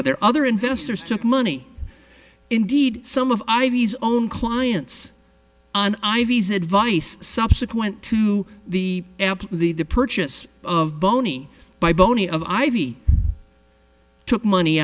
of their other investors took money indeed some of ivy's own clients on ivy's advice subsequent to the the the purchase of boney by boney of ivy took money